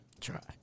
Try